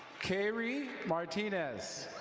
carrie martinez.